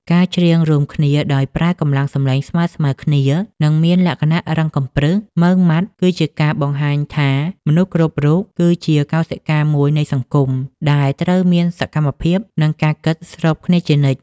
ការច្រៀងរួមគ្នាដោយប្រើកម្លាំងសម្លេងស្មើៗគ្នា និងមានលក្ខណៈរឹងកំព្រឹស ម៉ឺងម៉ាត់ គឺជាការបង្ហាញថាមនុស្សគ្រប់រូបគឺជាកោសិកាមួយនៃអង្គការ ដែលត្រូវមានសកម្មភាព និងការគិតស្របគ្នាជានិច្ច។